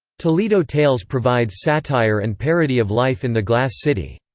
toledo tales provides satire and parody of life in the glass city.